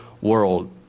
world